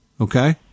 okay